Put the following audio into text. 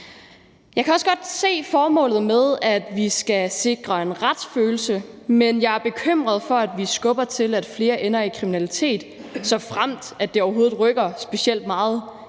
Jeg kan også godt se formålet med, at vi skal sikre en retsfølelse, men jeg er bekymret for, at vi skubber til, at flere ender i kriminalitet, såfremt det overhovedet rykker specielt meget